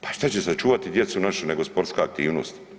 Pa šta će sačuvati djecu našu nego sportska aktivnost?